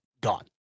Gone